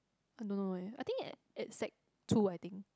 I don't know eh I think at at sec two I think